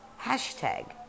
hashtag